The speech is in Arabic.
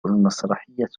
المسرحية